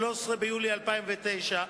13 ביולי 2009,